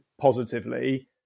positively